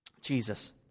Jesus